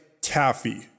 taffy